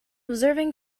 observing